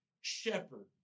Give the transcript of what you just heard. shepherd